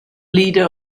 leader